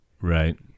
Right